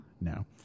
No